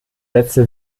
sätze